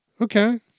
Okay